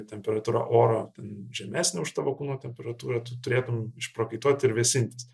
temperatūra oro ten žemesnė už tavo kūno temperatūrą tu turėtum išprakaituoti ir vėsintis